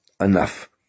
Enough